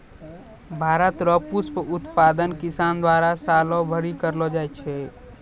भारत रो पुष्प उत्पादन किसान द्वारा सालो भरी करलो जाय छै